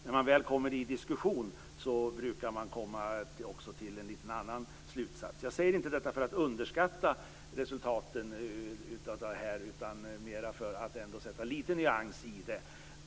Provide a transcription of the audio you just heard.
När man väl kommer i diskussion brukar man också komma fram till en litet annan slutsats. Jag säger inte detta för att underskatta resultaten av denna undersökning utan mer för att ändå något nyansera detta.